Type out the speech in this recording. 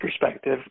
perspective